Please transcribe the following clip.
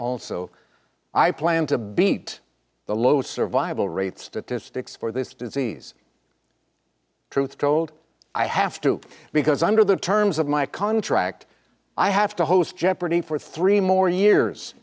also i plan to beat the low survival rate statistics for this disease truth be told i have to because under the terms of my contract i have to host jeopardy for three more years